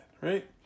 right